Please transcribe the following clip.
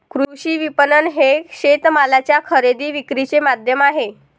कृषी विपणन हे शेतमालाच्या खरेदी विक्रीचे माध्यम आहे